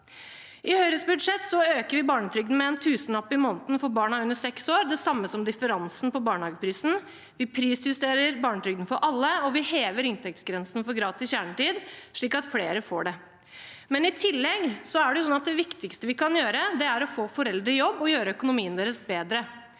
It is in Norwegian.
I Høyres budsjett øker vi barnetrygden med en tusenlapp i måneden for barna under seks år, det samme som differansen på barnehageprisen, vi prisjusterer barnetrygden for alle, og vi hever inntektsgrensen for gratis kjernetid, slik at flere får det. I tillegg er det viktigste vi kan gjøre, å få foreldre i jobb og gjøre økonomien deres bedre.